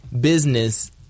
business